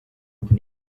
neat